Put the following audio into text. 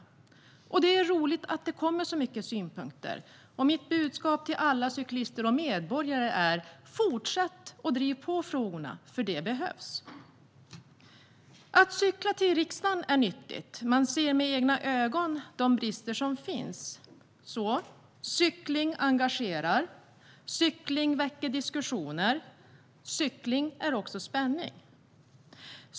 Det är roligt att det kommer så många synpunkter. Mitt budskap till alla cyklister och medborgare är: Fortsätt att driva på frågorna, för det behövs. Att cykla till riksdagen är nyttigt. Man ser med egna ögon de brister som finns. Cykling engagerar. Cykling väcker diskussioner. Cykling är också spänning.